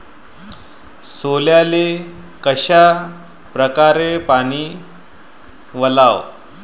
सोल्याले कशा परकारे पानी वलाव?